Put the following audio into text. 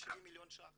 570 מיליון ₪,